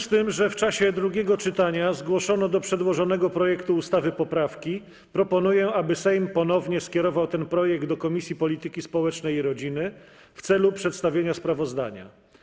W związku z tym, że w czasie drugiego czytania zgłoszono do przedłożonego projektu ustawy poprawki, proponuję, aby Sejm ponownie skierował ten projekt do Komisji Polityki Społecznej i Rodziny w celu przedstawienia sprawozdania.